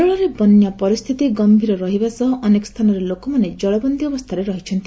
କେରଳ ରେନ୍ କେରଳରେ ବନ୍ୟା ପରିସ୍ଥିତି ଗମ୍ଭୀର ରହିବା ସହ ଅନେକ ସ୍ଥାନରେ ଲୋକମାନେ ଜଳବନ୍ଦୀ ଅବସ୍ଥାରେ ରହିଛନ୍ତି